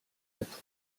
чадах